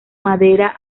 madera